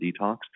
detox